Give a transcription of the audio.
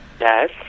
Yes